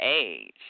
age